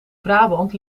brabant